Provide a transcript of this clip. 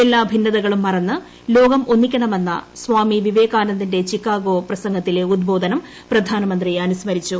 എല്ലാ ഭിന്നതകളും മറന്ന് ലോകം ഒന്നിക്കണ്ക്മെന്ന് സ്വാമി വിവേകാനന്ദന്റെ ചിക്കാഗോ പ്രസംഗത്തിലെ ഉദ്ബോധിനം പ്രധാനമന്ത്രി അനുസ്മരിച്ചു